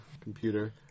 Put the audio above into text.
computer